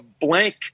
blank